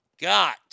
got